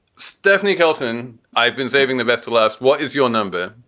stephanie kelson. i've been saving the best of last. what is your number?